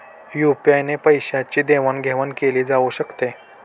UPI ने पैशांची देवाणघेवाण केली जाऊ शकते